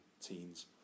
teens